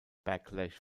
backlash